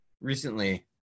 Recently